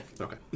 Okay